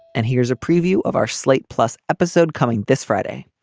and here's a preview of our slate plus episode coming this friday.